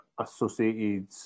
associated